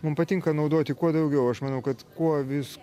mum patinka naudoti kuo daugiau aš manau kad kuo vis